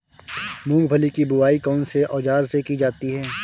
मूंगफली की बुआई कौनसे औज़ार से की जाती है?